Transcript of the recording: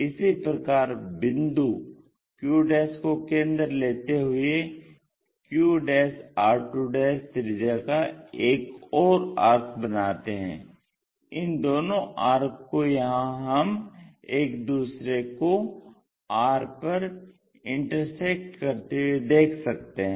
इसी प्रकार बिंदु q को केंद्र लेते हुए qr2 त्रिज्या का एक और आर्क बनाते हैं इन दोनों आर्क को यहां हम एक दूसरे को R पर इंटरसेक्ट करते हुए देख सकते हैं